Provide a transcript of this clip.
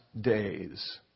days